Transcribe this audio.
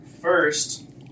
first